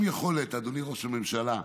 אדוני ראש הממשלה,